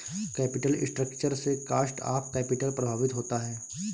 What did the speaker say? capital structure से cost of capital प्रभावित होता है